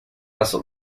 las